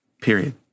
period